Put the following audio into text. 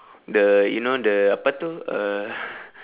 the you know the apa itu uh